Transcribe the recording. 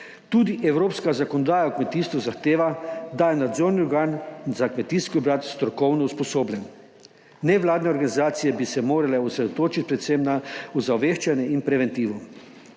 Tudi evropska zakonodaja o kmetijstvu zahteva, da je nadzorni organ za kmetijski obrat strokovno usposobljen. Nevladne organizacije bi se morale osredotočiti predvsem na ozaveščanje in preventivo.